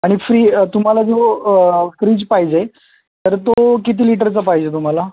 आणि फ्री तुम्हाला जो फ्रीज पाहिजे तर तो किती लीटरचा पाहिजे तुम्हाला